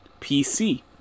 PC